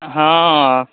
हँअऽ